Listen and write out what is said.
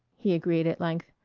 he agreed at length.